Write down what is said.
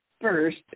first